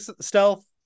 stealth